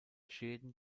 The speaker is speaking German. schäden